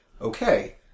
Okay